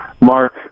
Mark